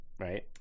Right